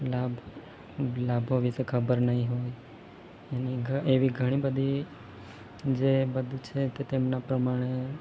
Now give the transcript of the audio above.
લાભ લાભો વિષે ખબર ન હોય ને એવી ઘણીબધી જે બધું છે તે તેમના પ્રમાણે